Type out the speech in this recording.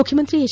ಮುಖ್ಯಮಂತ್ರಿ ಎಚ್